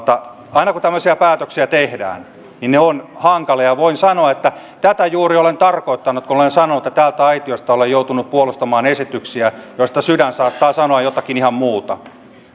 tämmöisiä päätöksiä tehdään ne ovat hankalia voin sanoa että tätä juuri olen tarkoittanut kun olen sanonut että täältä aitiosta olen joutunut puolustamaan esityksiä joista sydän saattaa sanoa jotakin ihan muuta